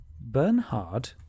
Bernhard